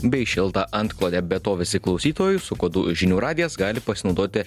bei šiltą antklodę be to visi klausytojai su kodų žinių radijas gali pasinaudoti